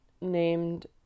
named